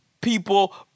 people